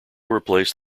replaced